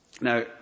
Now